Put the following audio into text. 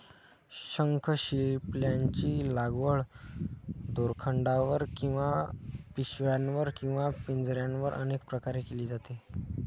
शंखशिंपल्यांची लागवड दोरखंडावर किंवा पिशव्यांवर किंवा पिंजऱ्यांवर अनेक प्रकारे केली जाते